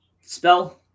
spell